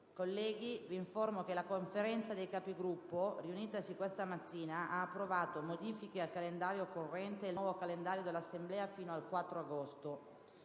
una nuova finestra"). La Conferenza dei Capigruppo, riunitasi questa mattina, ha approvato modifiche al Calendario corrente e il nuovo Calendario dell'Assemblea fino al 4 agosto.